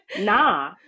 nah